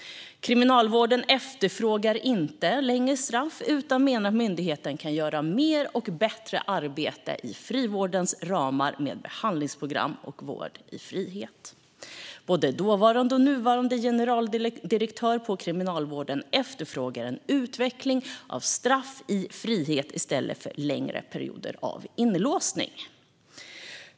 Kriminalvården efterfrågar inte längre straff utan menar att myndigheten kan göra mer och bättre arbete inom frivårdens ramar med behandlingsprogram och vård i frihet. Både dåvarande och nuvarande generaldirektör på Kriminalvården efterfrågar en utveckling av straff i frihet i stället för längre perioder av inlåsning.